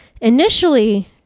Initially